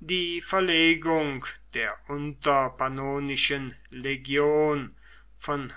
die verlegung der unterpannonischen legion von